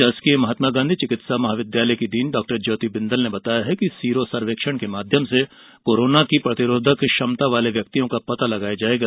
षासकीय महात्मा गांधी चिकित्सा महाविद्यालय की डीन डॉ ज्योति बिंदल ने बताया कि सीरो सर्वेक्षण के माध्यम से कोरोना की प्रतिरोधक क्षमता वाले व्यक्तियों का पता लगाया जाएगा